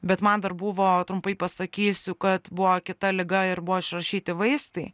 bet man dar buvo trumpai pasakysiu kad buvo kita liga ir buvo išrašyti vaistai